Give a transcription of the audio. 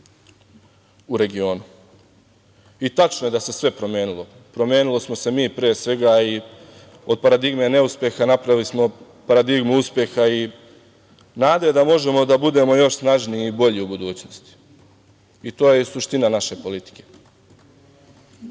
u regionu. Tačno je da se sve promenilo. Promenili smo se mi pre svega i od paradigme neuspeha napravili smo paradigmu uspeha i nade da možemo da budemo još snažniji i bolji u budućnosti. I to je suština naše politike. Ovih